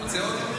רוצה עוד?